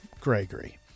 Gregory